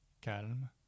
calme